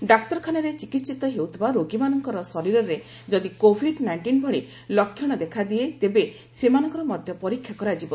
ଡାକ୍ତରଖାନାରେ ଚିକିିିିତ ହେଉଥିବା ରୋଗୀମାନଙ୍କର ଶରୀରରେ ଯଦି କୋଭିଡ୍ ନାଇଷ୍ଟିନ୍ ଭଳି ଲକ୍ଷଣ ଦେଖାଦିଏ ତେବେ ସେମାନଙ୍କର ମଧ୍ୟ ପରୀକ୍ଷା କରାଯିବ